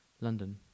London